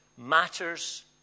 matters